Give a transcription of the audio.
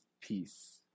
peace